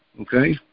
Okay